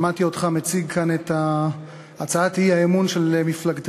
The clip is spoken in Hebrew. שמעתי אותך מציג כאן את הצעת האי-אמון של מפלגתכם,